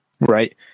Right